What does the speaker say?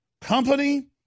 company